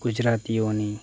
ગુજરાતીઓની